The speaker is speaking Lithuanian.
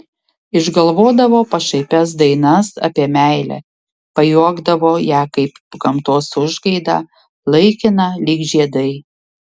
išgalvodavo pašaipias dainas apie meilę pajuokdavo ją kaip gamtos užgaidą laikiną lyg žiedai